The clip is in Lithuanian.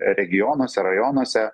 regionuose rajonuose